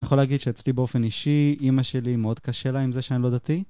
אני יכול להגיד שאצלי באופן אישי אמא שלי מאוד קשה לה עם זה שאני לא דתי.